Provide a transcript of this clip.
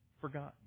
forgotten